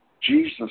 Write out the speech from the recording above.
Jesus